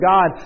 God